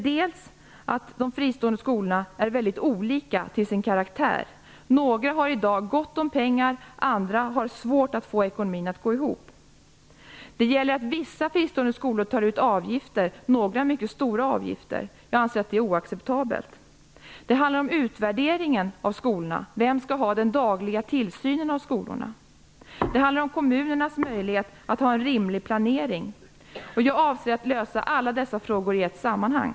De fristående skolorna är mycket olika till sin karaktär. Några av dem har i dag gott om pengar medan andra har svårt att få ekonomin att gå ihop. Vissa fristående skolor tar ut avgifter - några tar ut mycket stora avgifter. Jag anser att det är oacceptabelt. Det handlar om utvärderingen av skolorna. Vem skall ha den dagliga tillsynen av skolorna? Det handlar om kommunernas möjlighet till en rimlig planering. Jag avser att lösa alla dessa frågor i ett sammanhang.